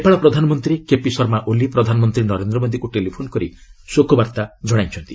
ନେପାଳ ପ୍ରଧାନମନ୍ତ୍ରୀ କେପି ଶର୍ମା ଓଲି ପ୍ରଧାନମନ୍ତ୍ରୀ ନରେନ୍ଦ୍ର ମୋଦିଙ୍କୁ ଟେଲିଫୋନ୍ କରି ଶୋକବାର୍ତ୍ତା ଜଣାଇଛନ୍ତି